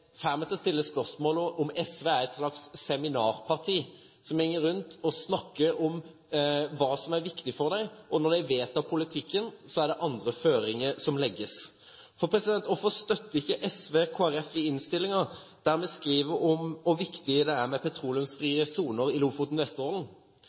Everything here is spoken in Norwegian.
for dem, men når de vedtar politikken, er det andre føringer som legges. For hvorfor støtter ikke SV Kristelig Folkeparti i innstillingen, der vi skriver om hvor viktig det er med